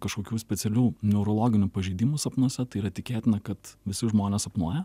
kažkokių specialių neurologinių pažeidimų sapnuose tai yra tikėtina kad visi žmonės sapnuoja